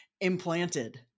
implanted